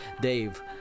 Dave